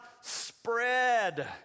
spread